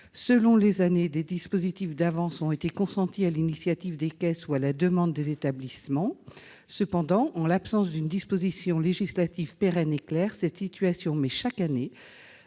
Selon les années, des dispositifs d'avances sont consentis sur l'initiative des caisses ou à la demande des établissements. Cependant, en l'absence d'une disposition législative pérenne et claire, cette situation met chaque année